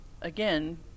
again